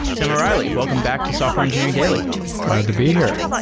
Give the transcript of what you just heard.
tim o'reilly, welcome back to software engineering daily glad to be here.